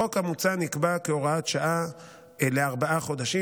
החוק המוצע נקבע כהוראת שעה לארבעה חודשים,